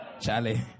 Charlie